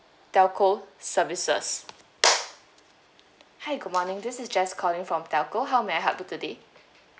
telco services hi good morning this is jess calling from telco how may I help you today